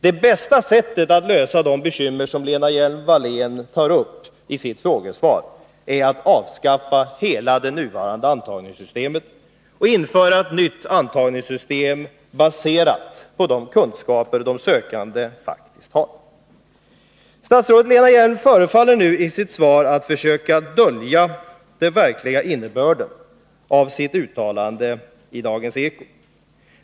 Det bästa sättet att komma till rätta med de bekymmer som Lena Hjelm-Wallén tar upp i sitt frågesvar är att avskaffa hela det nuvarande antagningssystemet och införa ett nytt antagningssystem, baserat på de kunskaper de sökande faktiskt har. Det förefaller som om statsrådet Lena Hjelm-Wallén i sitt svar nu försöker dölja den verkliga innebörden av hennes uttalande i Dagens Eko.